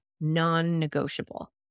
non-negotiable